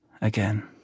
again